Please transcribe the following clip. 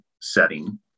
setting